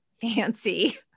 fancy